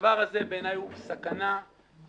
הדבר הזה הוא בעיניי סכנה אמתית.